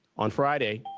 on friday,